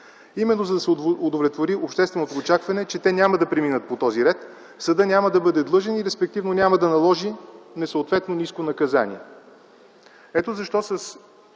именно за да се удовлетвори общественото очакване, че те няма да преминат по този ред, съдът няма да бъде длъжен и респективно няма да наложи несъответно ниско наказание.